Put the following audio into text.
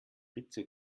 ritze